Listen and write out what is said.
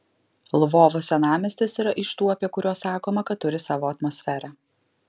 lvovo senamiestis yra iš tų apie kuriuos sakoma kad turi savo atmosferą